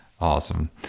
Awesome